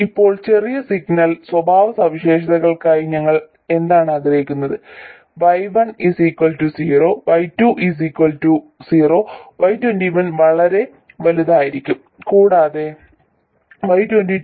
ഇപ്പോൾ ചെറിയ സിഗ്നൽ സ്വഭാവസവിശേഷതകൾക്കായി ഞങ്ങൾ എന്താണ് ആഗ്രഹിച്ചത് y11 0 y12 0 y21 വളരെ വലുതായിരിക്കണം കൂടാതെ y22 0